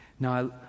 Now